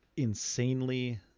Insanely